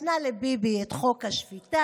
נתנה לביבי את חוק השפיטה,